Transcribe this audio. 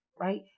Right